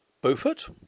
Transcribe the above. Beaufort